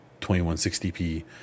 2160p